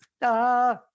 da